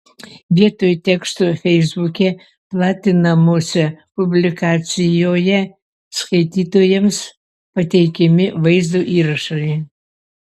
vietoj teksto feisbuke platinamose publikacijoje skaitytojams pateikiami vaizdo įrašai